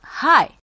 hi